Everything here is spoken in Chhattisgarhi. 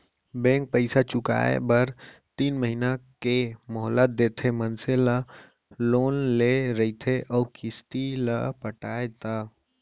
बेंक पइसा चुकाए बर तीन महिना के मोहलत देथे मनसे ला लोन ले रहिथे अउ किस्ती ल पटाय ता